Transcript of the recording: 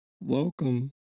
Welcome